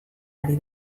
ari